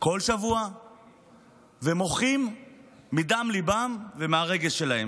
כל שבוע ומוחים מדם ליבם ומהרגש שלהם.